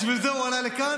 בשביל זה הוא עלה לכאן.